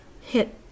hit